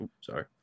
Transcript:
Sorry